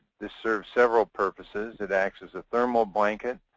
this serves several purposes. it acts as a thermal blanket.